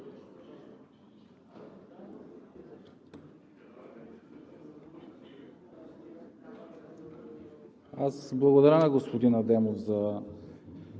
Аз благодаря на господин Адемов за